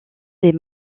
des